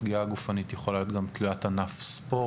חומרת הפגיעה הגופנית יכולה להיות תלוית ענף ספורט.